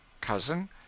Cousin